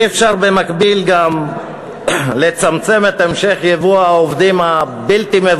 אי-אפשר במקביל גם להמשיך לצמצם את המשך ייבוא העובדים הבלתי-מבוקר,